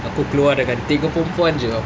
aku keluar dengan tiga perempuan jer [tau]